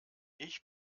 ich